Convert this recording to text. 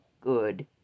good